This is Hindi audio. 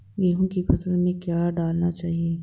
गेहूँ की फसल में क्या क्या डालना चाहिए?